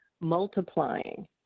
multiplying